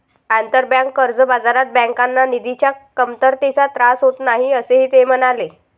आंतरबँक कर्ज बाजारात बँकांना निधीच्या कमतरतेचा त्रास होत नाही, असेही ते म्हणाले